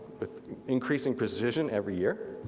with increasing precision every year.